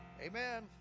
Amen